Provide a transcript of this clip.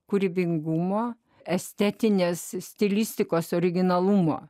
kūrybingumo estetinės stilistikos originalumo